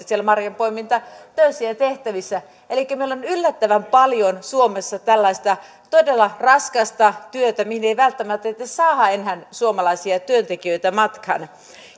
siellä marjanpoimintatöissä ja tehtävissä elikkä meillä on yllättävän paljon suomessa tällaista todella raskasta työtä mihin ei ei välttämättä sitten saada enää suomalaisia työntekijöitä matkaan